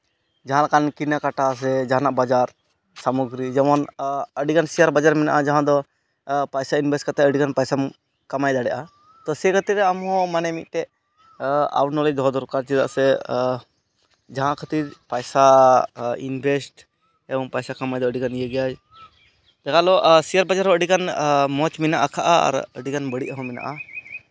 ᱡᱟᱦᱟᱸ ᱞᱮᱠᱟᱱ ᱠᱤᱱᱟ ᱠᱟᱴᱟ ᱥᱮ ᱡᱟᱦᱟᱱᱟᱜ ᱵᱟᱡᱟᱨ ᱥᱟᱢᱚᱜᱨᱤ ᱡᱮᱢᱚᱱ ᱟᱹᱰᱤᱜᱟᱱ ᱥᱮᱭᱟᱨ ᱵᱟᱡᱟᱨ ᱦᱮᱱᱟᱜᱼᱟ ᱡᱟᱦᱟᱸ ᱫᱚ ᱯᱚᱭᱥᱟ ᱤᱱᱵᱷᱮᱥᱴ ᱠᱟᱛᱮᱫ ᱟᱹᱰᱤᱜᱟᱱ ᱯᱚᱭᱥᱟᱢ ᱠᱟᱢᱟᱭ ᱫᱟᱲᱮᱭᱟᱜᱼᱟ ᱥᱮ ᱠᱷᱮᱛᱨᱮ ᱨᱮ ᱟᱢ ᱦᱚᱸ ᱢᱤᱫᱴᱮᱡ ᱟᱣᱩᱴ ᱱᱚᱞᱮᱡᱽ ᱫᱚᱦᱚ ᱫᱚᱨᱠᱟᱨ ᱪᱮᱫᱟᱜ ᱥᱮ ᱡᱟᱦᱟᱸ ᱠᱷᱟᱹᱛᱤᱨ ᱯᱚᱭᱥᱟ ᱤᱱᱵᱷᱮᱥᱴ ᱮᱵᱚᱝ ᱯᱚᱭᱥᱟ ᱠᱟᱹᱢᱦᱟᱹᱭ ᱫᱚ ᱟᱹᱰᱤᱜᱟᱱ ᱤᱭᱟᱹ ᱜᱮᱭᱟ ᱯᱮᱨᱟᱞᱳ ᱥᱮᱭᱟᱨ ᱵᱟᱡᱟᱨ ᱦᱚᱸ ᱟᱹᱰᱤᱜᱟᱱ ᱢᱚᱡᱽ ᱢᱮᱱᱟᱜ ᱠᱟᱜᱼᱟ ᱟᱨ ᱟᱹᱰᱤᱜᱟᱱ ᱵᱟᱹᱲᱤᱡ ᱦᱚᱸ ᱢᱮᱱᱟᱜᱼᱟ